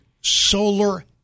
solar